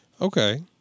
Okay